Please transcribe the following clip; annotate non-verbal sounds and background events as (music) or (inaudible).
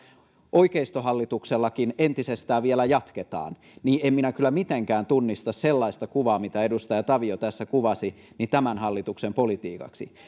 oikeistohallituksellakin entisestään vielä jatketaan niin en minä kyllä mitenkään tunnista sellaista kuvaa mitä edustaja savio tässä kuvasi tämän hallituksen politiikaksi (unintelligible)